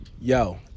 Yo